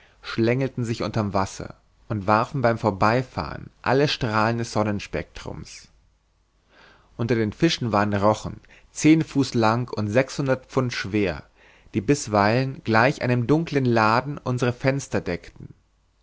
schlängelten sich unter'm wasser und warfen beim vorbeifahren alle strahlen des sonnenspectrums unter den fischen waren rochen zehn fuß lang und sechshundert pfund schwer die bisweilen gleich einem dunkeln laden unsere fenster deckten